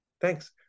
thanks